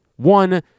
One